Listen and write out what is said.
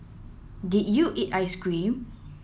did you eat ice cream